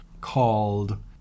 called